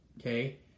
Okay